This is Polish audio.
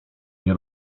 nie